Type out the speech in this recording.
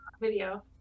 video